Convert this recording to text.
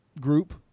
group